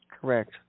Correct